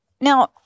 Now